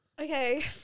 Okay